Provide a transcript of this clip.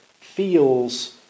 feels